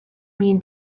mean